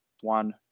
One